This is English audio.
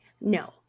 No